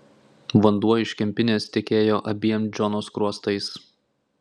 vanduo iš kempinės tekėjo abiem džono skruostais